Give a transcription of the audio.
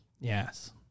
Yes